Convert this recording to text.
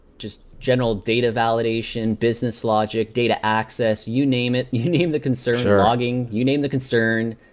just general data validation, business logic, data access, you name it, you name the concern blogging. you name the concern.